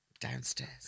Downstairs